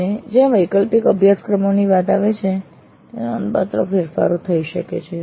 અને જ્યાં વૈકલ્પિક અભ્યાસક્રમોની વાત આવે છે ત્યારે નોંધપાત્ર ફેરફારો પણ થઈ શકે છે